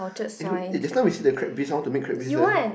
eh you eh just now we see the crab bisque I want to make crab bisque eh